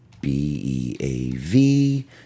B-E-A-V